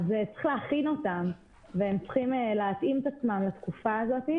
אז צריך להכין אותם והם צריכים להתאים את עצמם לתקופה הזאת,